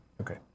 Okay